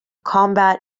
combat